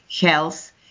health